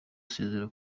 asezera